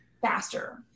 faster